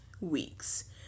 weeks